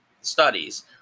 studies